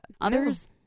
Others